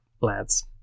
lads